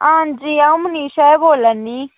आं जी अं'ऊ मनीषा बोल्ला नीं